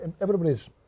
everybody's